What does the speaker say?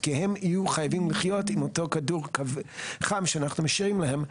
כי הם יהיו חייבים לחיות עם אותו כדור חם שאנחנו משאירים להם,